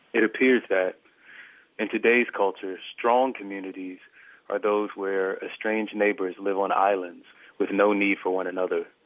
it appears that in today's culture, strong communities are those where estranged neighbors live on islands with no need for one another.